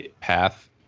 path